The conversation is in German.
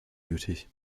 nötig